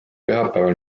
pühapäeval